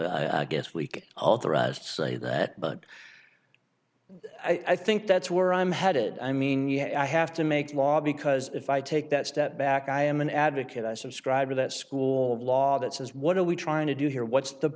wrong i guess week authorized to say that but i think that's where i'm headed i mean yet i have to make law because if i take that step back i am an advocate i subscribe to that school of law that says what are we trying to do here what's the